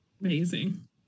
Amazing